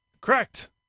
Correct